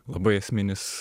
labai esminis